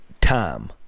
time